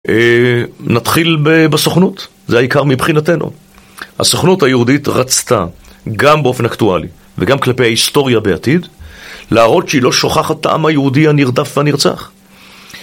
נתחיל בסוכנות, זה העיקר מבחינתנו, הסוכנות היהודית רצתה גם באופן אקטואלי וגם כלפי ההיסטוריה בעתיד להראות שהיא לא שוכחת את העם היהודי הנרדף והנרצח